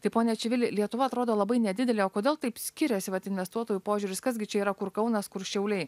tai pone čivili lietuva atrodo labai nedidelė o kodėl taip skiriasi vat investuotojų požiūris kas gi čia yra kur kaunas kur šiauliai